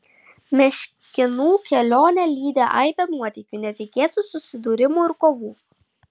meškinų kelionę lydi aibė nuotykių netikėtų susidūrimų ir kovų